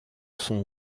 son